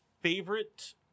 favorite